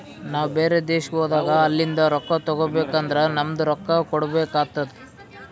ನಾವು ಬ್ಯಾರೆ ದೇಶ್ಕ ಹೋದಾಗ ಅಲಿಂದ್ ರೊಕ್ಕಾ ತಗೋಬೇಕ್ ಅಂದುರ್ ನಮ್ದು ರೊಕ್ಕಾ ಕೊಡ್ಬೇಕು ಆತ್ತುದ್